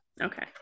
Okay